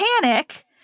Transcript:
panic